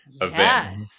event